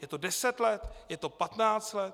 Je to deset let, je to patnáct let?